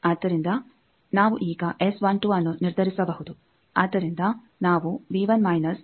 ಆದ್ದರಿಂದ ನಾವು ಈಗ ಅನ್ನು ನಿರ್ಧರಿಸಬಹುದು